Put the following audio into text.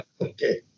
Okay